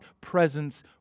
presence